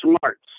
Smarts